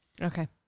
Okay